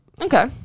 Okay